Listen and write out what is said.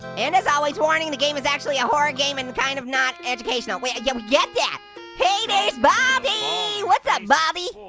and, as always, warning, the game is actually a horror game and kind of not educational. you know yeah yeah hey! there's baldi. what's up baldi?